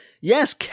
Yes